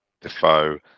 Defoe